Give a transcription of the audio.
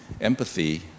empathy